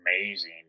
amazing